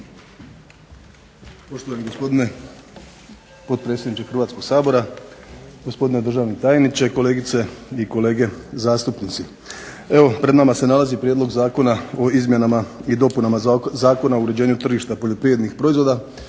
Poštovani gospodine potpredsjedniče Hrvatskoga sabora, gospodine državni tajniče, kolegice i kolege zastupnici. Evo pred nama se nalazi Prijedlog zakona o izmjenama i dopunama Zakona o uređenju tržišta poljoprivrednih proizvoda,